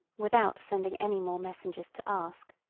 without sending any more messengers to ask.